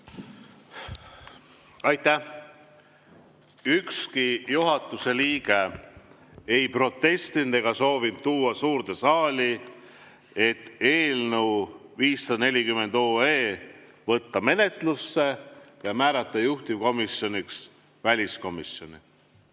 Aitäh! Ükski juhatuse liige ei protestinud ega soovinud tuua suurde saali, et 540 OE võtta menetlusse ja määrata juhtivkomisjoniks väliskomisjoni.